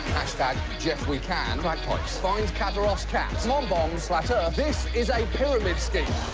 hashtag jeff we can crack pipes find kadyrov's cat mom bombs flat ah this is a pyramid scheme.